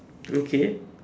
okay